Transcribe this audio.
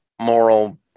moral